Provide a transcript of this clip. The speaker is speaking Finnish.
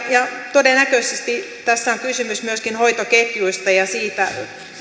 todennäköisesti tässä on kysymys myöskin hoitoketjuista ja siitä